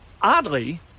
oddly